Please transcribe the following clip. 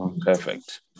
perfect